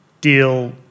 deal